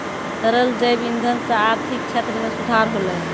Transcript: तरल जैव इंधन सँ आर्थिक क्षेत्र में सुधार होलै